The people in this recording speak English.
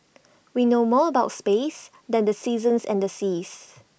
we know more about space than the seasons and the seas